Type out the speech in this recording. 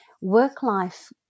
work-life